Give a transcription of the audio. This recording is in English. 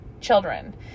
children